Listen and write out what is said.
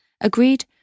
agreed